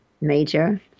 major